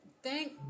Thank